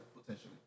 Potentially